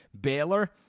Baylor